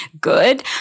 good